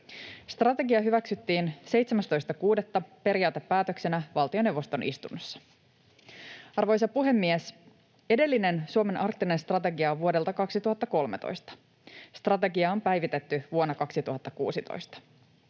Strategia hyväksyttiin 17.6. periaatepäätöksenä valtioneuvoston istunnossa. Arvoisa puhemies! Edellinen Suomen arktinen strategia on vuodelta 2013. Strategiaa on päivitetty vuonna 2016.